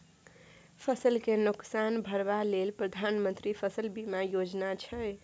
फसल केँ नोकसान भरबा लेल प्रधानमंत्री फसल बीमा योजना छै